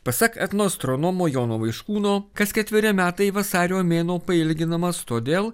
pasak etnoastronomo jono vaiškūno kas ketveri metai vasario mėnuo pailginamas todėl